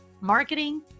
marketing